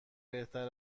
بهتر